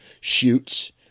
shoots